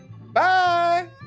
Bye